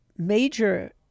major